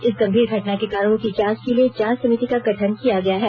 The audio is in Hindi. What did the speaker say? इस गंभीर घटना के कारणों की जांच के लिए जांच समिति का गठन किया गया है